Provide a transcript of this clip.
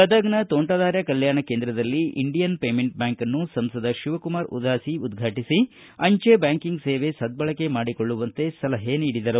ಗದಗದ ತೋಂಟದಾರ್ಯ ಕಲ್ಕಾಣ ಕೇಂದ್ರದಲ್ಲಿ Indian payment ಬ್ವಾಂಕ್ನ್ನು ಸಂಸದ ಶಿವಕುಮಾರ್ ಉದಾಸಿ ಉದ್ಘಾಟಿಸಿ ಅಂಚೆ ಬ್ಯಾಂಕಿಂಗ್ ಸೇವೆ ಸದ್ದಳಕೆ ಮಾಡಿಕೊಳ್ಳುವಂತೆ ಸಲಹೆ ನೀಡಿದರು